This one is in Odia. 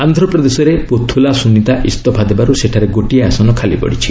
ଆନ୍ଧ୍ରପ୍ରଦେଶରେ ପୋଥୁଲା ସୁନିତା ଇସ୍ତଫା ଦେବାରୁ ସେଠାରେ ଗୋଟିଏ ଆସନ ଖାଲିପଡ଼ିଛି